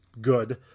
good